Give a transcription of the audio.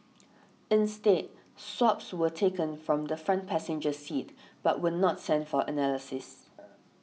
instead swabs were taken from the front passenger seat but were not sent for analysis